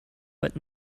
but